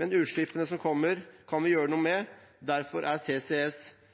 Men utslippene som kommer, kan vi gjøre noe med. Derfor er CCS